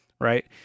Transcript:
right